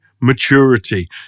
maturity